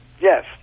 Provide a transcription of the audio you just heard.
Yes